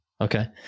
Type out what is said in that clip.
Okay